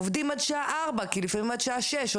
עובדים עד שעה 16:00 כי עד שעה 18:00 או